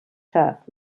turf